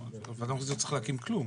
ועדה מחוזית לא צריך להקים כלום,